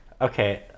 Okay